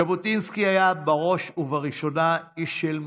ז'בוטינסקי היה בראש ובראשונה איש של מילים,